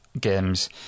games